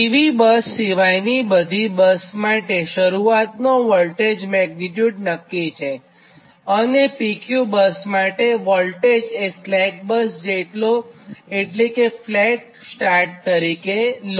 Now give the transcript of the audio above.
PV bus સિવાયની બધી bus માટે શરૂઆતનો વોલ્ટેજ મેગ્નીટ્યુડ નક્કી છે અને બધી PQ બસ માટે વોલ્ટેજ એ સ્લેક બસ જેટલો એટલે કે ફ્લેટ સ્ટાર્ટ તરીકે લો